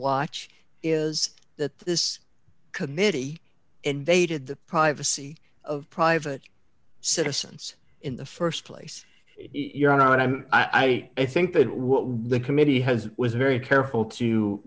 watch is that this committee invaded the privacy of private citizens in the st place your honor and i'm i i i think that what the committee has was very careful to